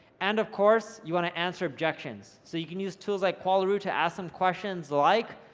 and of course, you wanna answer objections. so you can use tools like qualaroo to ask some questions like,